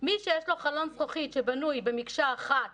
- מי שיש לו חלון זכוכית שבנוי במקשה אחת